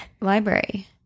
library